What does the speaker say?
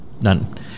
None